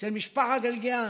אצל משפחת אלקיעאן.